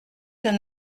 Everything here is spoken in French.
d’un